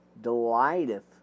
delighteth